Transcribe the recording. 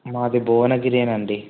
మాది భువనగిరేనండి